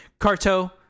Carto